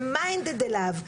ומכוונן אליו,